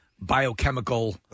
biochemical